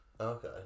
Okay